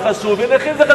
אברכים זה גם חשוב ונכים זה,